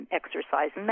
exercise